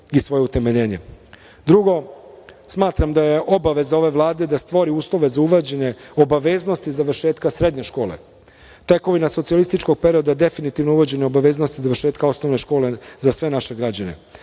i svoje utemeljenje. Drugo, smatram da je obaveza ove Vlade da stvori uslove za uvođenje obaveznosti završetka srednje škole. Tekovina socijalističkog perioda je definitivno uvođenje obaveznosti završetka osnovne škole za sve naše građane.